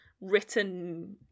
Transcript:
written